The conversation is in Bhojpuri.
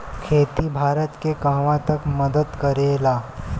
खेती भारत के कहवा तक मदत करे ला?